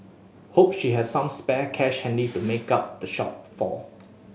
hope she has some spare cash handy to make up the shortfall